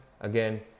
Again